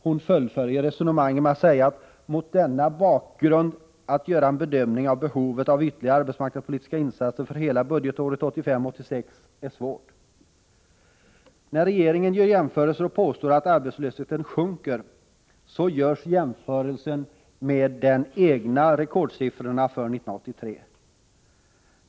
Hon fullföljer resonemanget med att säga: ”Att mot denna bakgrund göra en bedömning av behovet av ytterligare arbetsmarknadspolitiska insatser för hela budgetåret 1985/86 är svårt.” När regeringen gör jämförelser och påstår att arbetslösheten sjunker jämför man med de egna rekordsiffrorna för 1983.